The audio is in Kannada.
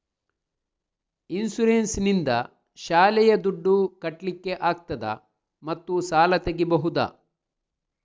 ಇನ್ಸೂರೆನ್ಸ್ ನಿಂದ ಶಾಲೆಯ ದುಡ್ದು ಕಟ್ಲಿಕ್ಕೆ ಆಗ್ತದಾ ಮತ್ತು ಸಾಲ ತೆಗಿಬಹುದಾ?